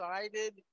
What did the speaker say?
excited